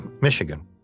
Michigan